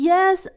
Yes